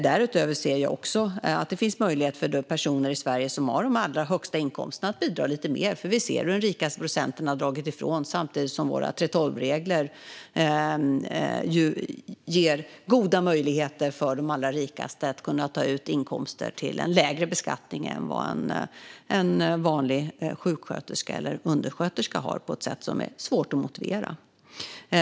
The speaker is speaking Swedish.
Därutöver ser jag också att det finns möjligheter för de personer i Sverige som har de allra högsta inkomsterna att bidra lite mer, för vi ser hur den rikaste procenten har dragit ifrån samtidigt som våra 3:12-regler ju ger större möjligheter för de allra rikaste att ta ut inkomster med en lägre beskattning än vad en vanlig sjuksköterska eller undersköterska har, på ett sätt som är svårt att motivera.